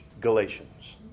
Galatians